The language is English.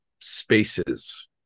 spaces